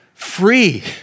Free